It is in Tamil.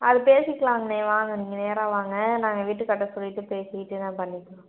அது பேசிக்கலாம்ணே வாங்க நீங்கள் நேராக வாங்க நான் என் வீட்டுகார்கிட்ட சொல்லிகிட்டு பேசிக்கிட்டு என்னெனு பண்ணிக்கலாம்